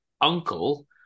uncle